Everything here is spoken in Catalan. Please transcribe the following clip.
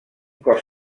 cos